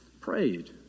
prayed